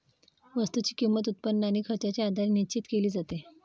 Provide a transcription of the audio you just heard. वस्तूची किंमत, उत्पन्न आणि खर्चाच्या आधारे निश्चित केली जाते